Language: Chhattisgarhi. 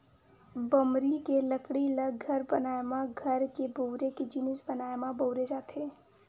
बमरी के लकड़ी ल घर बनाए म, घर के बउरे के जिनिस बनाए म बउरे जाथे